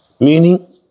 Meaning